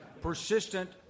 persistent